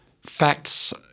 facts